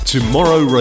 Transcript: Tomorrow